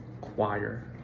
Choir